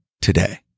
today